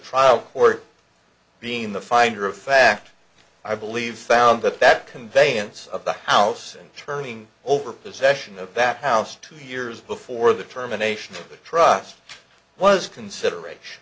trial court being the finder of fact i believe found that that conveyance of the house and turning over possession of that house two years before the terminations trust was consideration